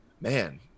Man